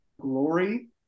glory